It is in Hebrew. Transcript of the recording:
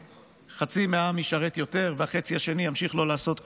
שחצי מהעם ישרת יותר והחצי השני ימשיך לא לעשות כלום,